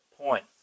point